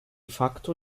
facto